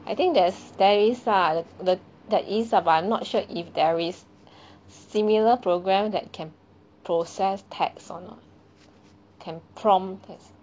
I think there's there is lah the the there is lah but not sure if there is similar program that can process text or not can prompt text